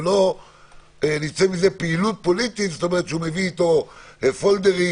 ולא פעילות פוליטית שהוא מביא איתו פולדרים